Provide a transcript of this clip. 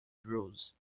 bruise